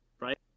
right